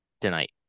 tonight